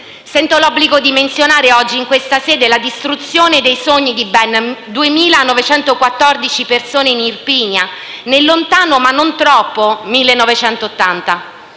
Sento l'obbligo di menzionare in questa sede la distruzione dei sogni di ben 2.914 persone in Irpinia, nel lontano, ma non troppo, 1980.